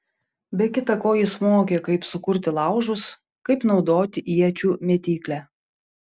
be kita ko jis mokė kaip sukurti laužus kaip naudoti iečių mėtyklę